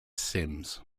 sims